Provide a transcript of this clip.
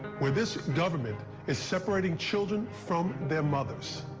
where this government is separating children from their mothers.